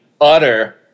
utter